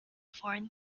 foreign